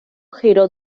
giró